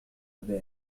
بيل